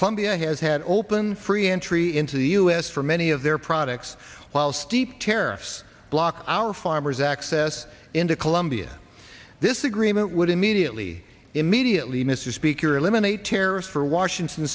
eye has had open free entry into the u s for many of their products while steep tariffs blocked our farmers access into colombia this agreement would immediately immediately mr speaker eliminate terrorists or washington